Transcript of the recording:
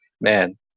man